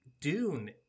Dune